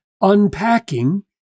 unpacking